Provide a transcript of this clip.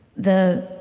the